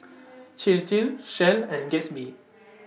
Chir Chir Shell and Gatsby